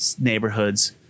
neighborhoods